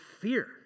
fear